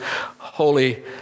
holy